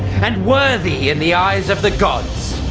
and worthy in the eyes of the gods.